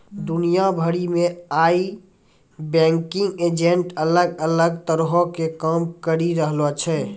दुनिया भरि मे आइ बैंकिंग एजेंट अलग अलग तरहो के काम करि रहलो छै